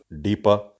deeper